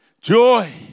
joy